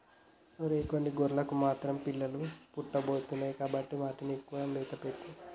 ఒరై కొన్ని గొర్రెలకు మాత్రం పిల్లలు పుట్టబోతున్నాయి కాబట్టి వాటికి ఎక్కువగా మేత పెట్టు